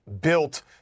built